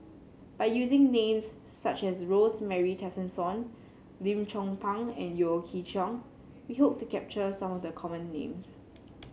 by using names such as Rosemary Tessensohn Lim Chong Pang and Yeo Chee Kiong we hope to capture some of the common names